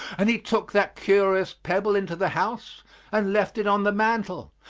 and he took that curious pebble into the house and left it on the mantel,